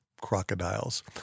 crocodiles